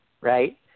Right